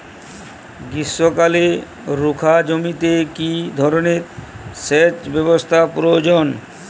গ্রীষ্মকালে রুখা জমিতে কি ধরনের সেচ ব্যবস্থা প্রয়োজন?